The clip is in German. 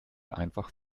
einfach